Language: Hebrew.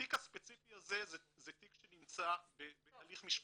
בתיק הספציפי הזה זה תיק שנמצא בהליך משפטי,